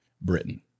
Britain